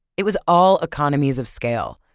it was all economies of scale.